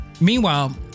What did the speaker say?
meanwhile